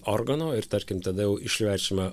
organo ir tarkim tada jau išverčiame